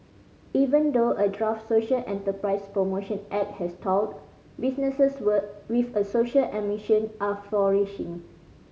even though a draft social enterprise promotion act has stalled businesses with a social and mission are flourishing